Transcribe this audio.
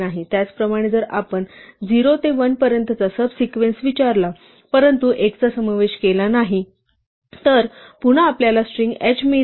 त्याचप्रमाणे जर आपण 0 ते 1 पर्यंतचा सब सिक्वेन्स विचारला परंतु 1 चा समावेश केला नाही तर पुन्हा आपल्याला स्ट्रिंग h मिळते